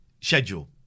schedule